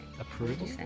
approval